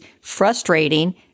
frustrating